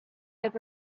have